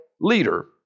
leader